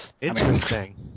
Interesting